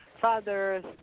fathers